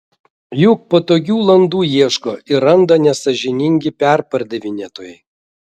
juk patogių landų ieško ir randa nesąžiningi perpardavinėtojai